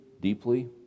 deeply